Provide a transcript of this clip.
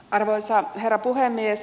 arvoisa herra puhemies